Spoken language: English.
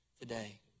today